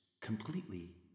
completely